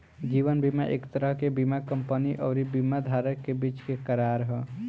जीवन बीमा एक तरह के बीमा कंपनी अउरी बीमा धारक के बीच के करार ह